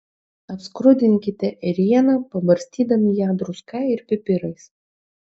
apskrudinkite ėrieną pabarstydami ją druska ir pipirais